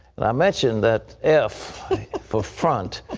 and i mention that f for front.